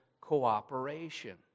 cooperation